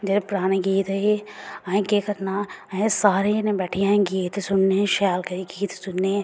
ते जेह्ड़े पराने गीत हे असें केह् करना असें सारें जनें बैठियै गीत सुनने शैल सुनने